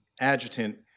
adjutant